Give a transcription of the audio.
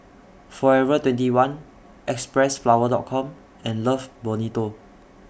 Forever twenty one Xpressflower Com and Love Bonito